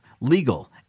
legal